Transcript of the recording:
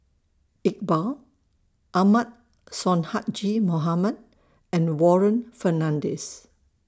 Iqbal Ahmad Sonhadji Mohamad and Warren Fernandez